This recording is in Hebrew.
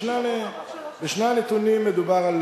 בשני הנתונים מדובר על